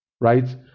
right